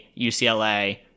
UCLA